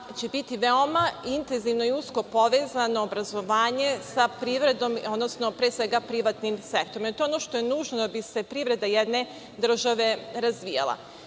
će biti veoma intenzivno i usko povezano obrazovanje sa privredom, odnosno, pre svega, privatnim sektorom. To je ono što je nužno da bi se privreda jedne države razvijala. Mnogi